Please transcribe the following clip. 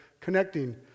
connecting